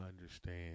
understand